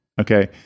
Okay